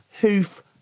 Hoof